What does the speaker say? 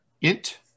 int